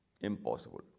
impossible